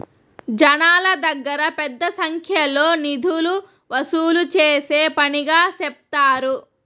జనాల దగ్గర పెద్ద సంఖ్యలో నిధులు వసూలు చేసే పనిగా సెప్తారు